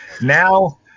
Now